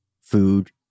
food